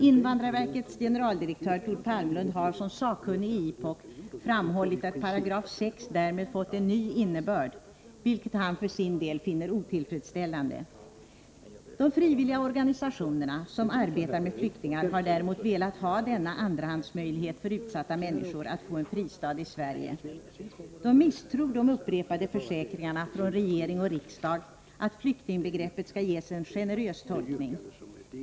Invandrarverkets generaldirektör Tord Palmlund har som sakkunnig i IPOK framhållit att 6 § därmed fått en ny innebörd, vilket han för sin del finner otillfredsställande. De frivilliga organisationer som arbetar med flyktingar har däremot velat ha denna andrahandsmöjlighet för utsatta människor att få en fristad i Sverige. De misstror de upprepade försäkringarna från regering och riksdag att flyktingbegreppet skall ges en generös tolkning.